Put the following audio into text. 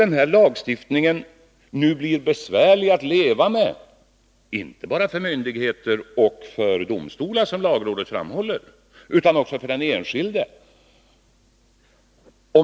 Den här lagstiftningen kommer att bli besvärlig att leva med inte bara för myndigheter och domstolar, som lagrådet framhåller, utan också för enskilda.